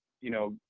you know,